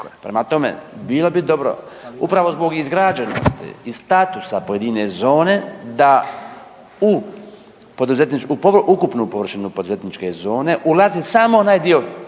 Prema tome, bilo bi dobro, upravo zbog izgrađenosti i statusa pojedine zone da u .../nerazumljivo/... ukupno površinu poduzetničke zone ulazi samo onaj dio